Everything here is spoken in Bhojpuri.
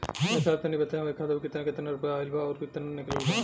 ए साहब तनि बताई हमरे खाता मे कितना केतना रुपया आईल बा अउर कितना निकलल बा?